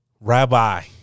Rabbi